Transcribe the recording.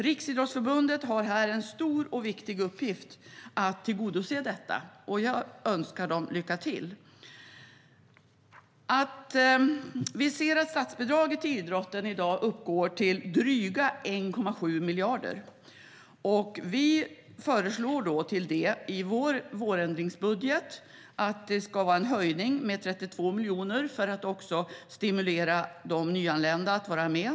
Riksidrottsförbundet har här en stor och viktig uppgift att tillgodose detta, och jag önskar förbundet lycka till. Statsbidraget till idrotten uppgår i dag till drygt 1,7 miljarder. Till detta föreslår vi i vårändringsbudgeten en höjning av anslaget med 32 miljoner för att stimulera också de nyanlända att vara med.